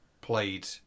played